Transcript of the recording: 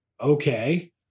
okay